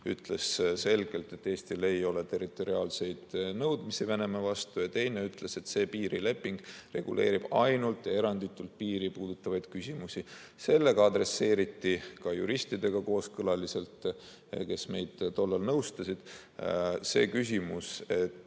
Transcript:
ütles selgelt, et Eestil ei ole territoriaalseid nõudmisi Venemaa vastu, ja teine ütles, et see piirileping reguleerib ainult ja eranditult piiri puudutavaid küsimusi. Sellega adresseeriti kooskõlaliselt ka juristidega, kes meid tollal nõustasid, see küsimus,